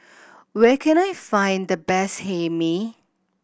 where can I find the best Hae Mee